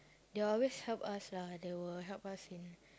they will always help us lah they will help us in